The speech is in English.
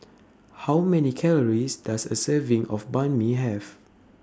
How Many Calories Does A Serving of Banh MI Have